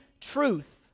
truth